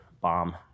bomb